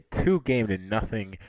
two-game-to-nothing